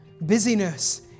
Busyness